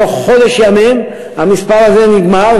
בתוך חודש ימים הסכום הזה נגמר,